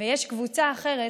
יש קבוצה אחרת